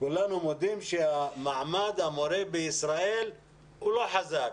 כולנו מודים, שמעמד המורה בישראל הוא לא חזק,